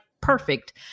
perfect